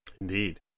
Indeed